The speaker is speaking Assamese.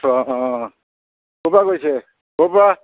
অঁ ক'ৰ পৰা কৈছে ক'ৰ পৰা